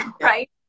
right